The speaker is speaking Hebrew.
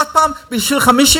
אף פעם לא תגמרי את השביתה הזאת.